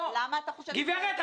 גברת,